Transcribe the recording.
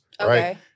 Right